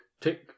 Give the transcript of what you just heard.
tick